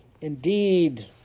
indeed